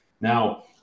Now